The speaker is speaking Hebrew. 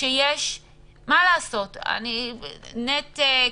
מה לעשות, יש נתק,